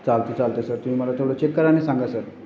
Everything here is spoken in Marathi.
चालतं चालतं सर तुम्ही मला थोडं चेक करा आणि सांगा सर